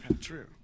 true